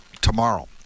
tomorrow